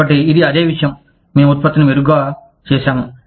కాబట్టి ఇది అదే విషయం మేము ఉత్పత్తిని మెరుగ్గా చేసాము